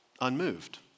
unmoved